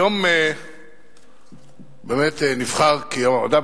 היום באמת נבחר כיום המדע,